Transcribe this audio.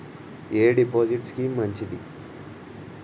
ఎ deposit scheme మంచిది?